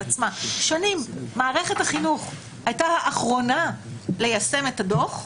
עצמה שנים מערכת החינוך הייתה האחרונה ליישם את הדוח,